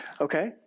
okay